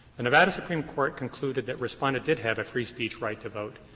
the nevada supreme court concluded that respondent did have a free speech right to vote,